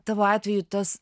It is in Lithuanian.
tavo atveju tas